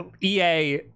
EA